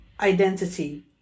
identity